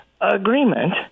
agreement